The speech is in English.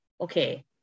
okay